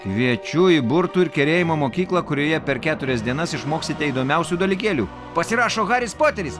kviečiu į burtų ir kerėjimo mokyklą kurioje per keturias dienas išmoksite įdomiausių dalykėlių pasirašo haris poteris